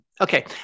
Okay